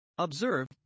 Observe